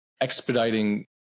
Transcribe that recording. expediting